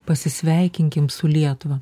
pasisveikinkim su lietuva